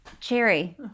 Cherry